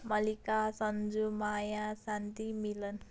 Mallika Sanju Maya Shanti Milan